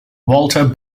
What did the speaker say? walter